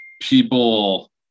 people